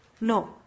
No